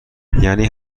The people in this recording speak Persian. یعنی